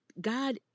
God